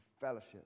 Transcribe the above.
fellowship